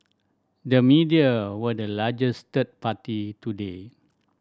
the media were the largest third party today